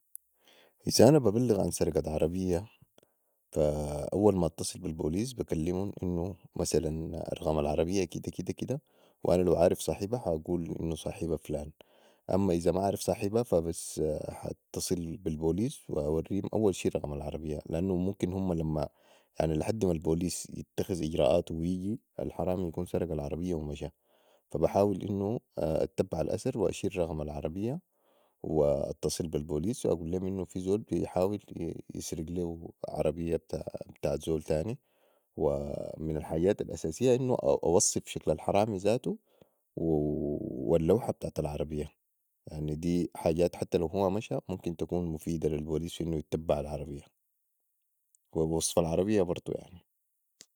إذا أنا ببلغ عن سرقه عربية اول ما اتصل بي البوليس بكلموم انو مثلاً رقم العربية كده كده وأنا لو عارف صاحبا ح اقول انو صاحبا فلان ان لو ما عارف صاحبا ح اتصل بي البوليس واوريهيم اول شي رقم العربية لأنو ممكن هما لحدي ما البوليس يتخذ اجراتو ويجي الحرامي يكون سرق العربية و مشي فبحاول انو اتبع الاتر واشيل رقم العربية واتصل بي البوليس واقول بيهم انو في زول بحاول انو يسرق ليهو عربية بتاعت زول تاني و من الحأجات الأساسية انو اوصف شكل الحرامي زاتو والوحه بتاعت العربية يعني دي حجات حتى لو هو مشي ممكن تكون مفيده للبوليس في انو يتبع العربية و وصف العربية برضو يعني